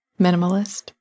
Minimalist